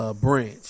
Branch